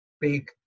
big